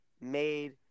made